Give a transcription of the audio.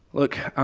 look.